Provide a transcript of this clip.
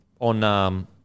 on –